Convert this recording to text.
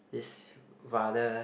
is rather